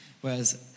Whereas